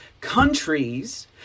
countries